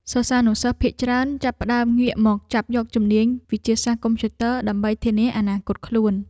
សិស្សានុសិស្សភាគច្រើនចាប់ផ្តើមងាកមកចាប់យកជំនាញវិទ្យាសាស្ត្រកុំព្យូទ័រ ដើម្បីធានាអនាគតខ្លួន។